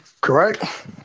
Correct